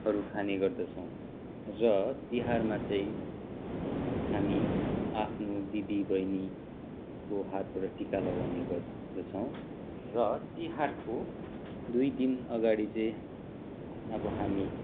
हरू खाने गर्दछौँ र तिहारमा चाहिँ हामी आफ्नो दिदी बहिनीको हातबाट टिका लगाउने गर्दछौँ र तिहारको दुई दिन अगाडि चाहिँ अब हामी